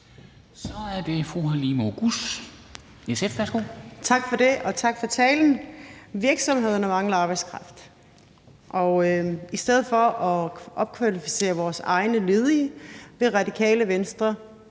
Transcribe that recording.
Kl. 13:24 Halime Oguz (SF): Tak for det. Og tak for talen. Virksomhederne mangler arbejdskraft, og i stedet for at opkvalificere vores egne ledige vil Radikale Venstre